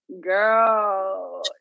Girl